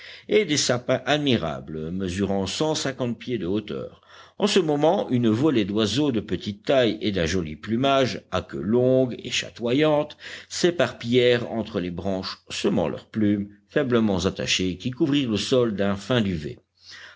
et des sapins admirables mesurant cent cinquante pieds de hauteur en ce moment une volée d'oiseaux de petite taille et d'un joli plumage à queue longue et chatoyante s'éparpillèrent entre les branches semant leurs plumes faiblement attachées qui couvrirent le sol d'un fin duvet